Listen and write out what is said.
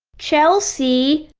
chelsea.